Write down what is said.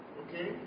okay